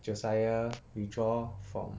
josiah withdraw from